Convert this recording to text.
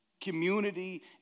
Community